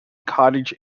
cottage